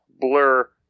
blur